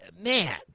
man